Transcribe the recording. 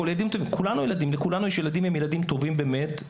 לכולנו יש ילדים, והם ילדים טובים באמת,